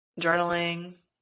journaling